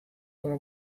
como